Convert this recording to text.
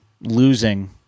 losing